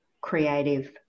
creative